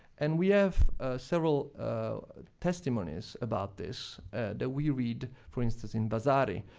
and we have several testimonies about this that we read, for instance, in vasari.